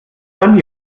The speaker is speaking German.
dann